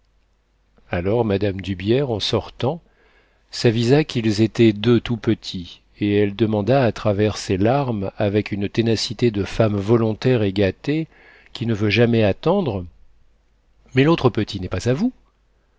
alors mme d'hubières en sortant s'avisa qu'ils étaient deux tout petits et elle demanda à travers ses larmes avec une ténacité de femme volontaire et gâtée qui ne veut jamais attendre mais l'autre petit n'est pas à vous